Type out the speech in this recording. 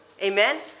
Amen